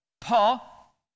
Paul